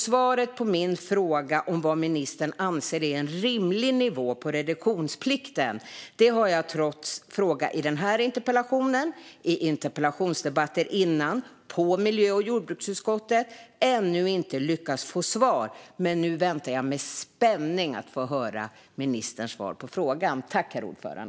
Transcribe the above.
Svaret på min fråga om vad ministern anser är en rimlig nivå på reduktionsplikten har jag, trots att jag frågat i denna interpellation, i tidigare interpellationsdebatter och i miljö och jordbruksutskottet, ännu inte lyckats få. Nu väntar jag med spänning på att få höra ministerns svar på frågan.